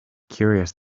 curious